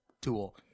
tool